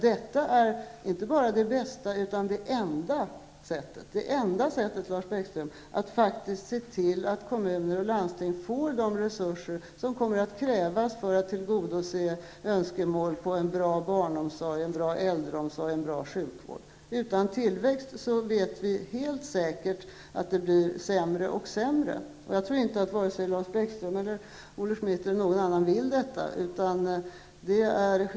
Detta är inte bara det bästa, utan det enda sättet, Lars Bäckström, att se till att kommuner och landsting får de resurser som kommer att krävas för att önskemål om en bra barnomsorg, en bra äldreomsorg och en bra sjukvård skall kunna tillgodoses. Utan tillväxt vet vi helt säkert att det blir sämre och sämre. Jag tror inte att vare sig Lars Bäckström, Olle Schmidt eller någon annan vill detta.